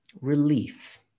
relief